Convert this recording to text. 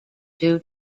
due